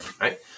right